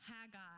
Haggai